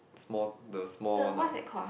small the small one lah